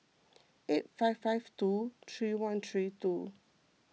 eight five five two three one three two